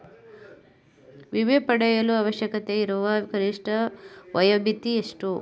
ವಿಮೆ ಪಡೆಯಲು ಅವಶ್ಯಕತೆಯಿರುವ ಕನಿಷ್ಠ ವಯೋಮಿತಿ ಎಷ್ಟು?